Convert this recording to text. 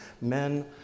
men